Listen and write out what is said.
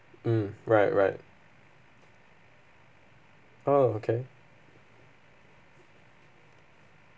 mm right right oh okay